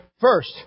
First